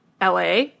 LA